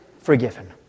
forgiven